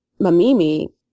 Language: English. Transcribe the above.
Mamimi